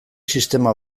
sistema